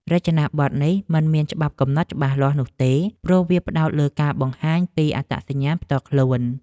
រចនាប័ទ្មនេះមិនមានច្បាប់កំណត់ច្បាស់លាស់នោះទេ ព្រោះវាផ្តោតលើការបង្ហាញពីអត្តសញ្ញាណផ្ទាល់ខ្លួន។